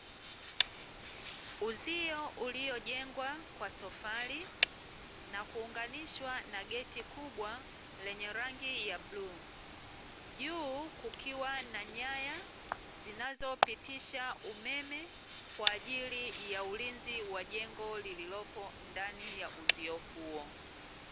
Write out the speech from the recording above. Uzio uliojengwa kwa tofali na kuunganishwa na geti kubwa lenye rangi ya bluu, juu kukiwa na nyaya zinazopitisha umeme, kwa ajili ya ulinzi wa jengo lililopo ndani ya uzio huo.